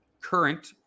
current